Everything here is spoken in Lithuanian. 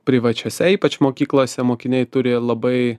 privačiose ypač mokyklose mokiniai turi labai